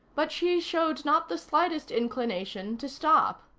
but she showed not the slightest indication to stop.